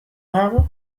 habe